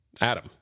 Adam